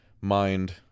Mind